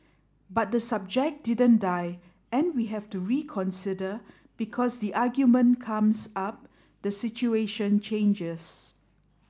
but the subject didn't die and we have to reconsider because the argument comes up the situation changes